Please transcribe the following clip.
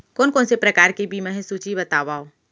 कोन कोन से प्रकार के बीमा हे सूची बतावव?